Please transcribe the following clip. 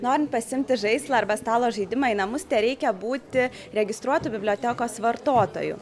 norint pasiimti žaislą arba stalo žaidimą į namus tereikia būti registruotu bibliotekos vartotoju